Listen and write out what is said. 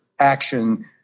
action